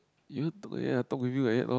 you t~ ya I talk with you like that lor